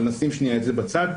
אבל נשים את זה שניה בצד.